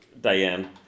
Diane